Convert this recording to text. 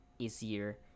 easier